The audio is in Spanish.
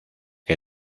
que